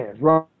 right